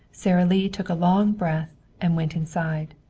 sara lee took a long breath and went inside,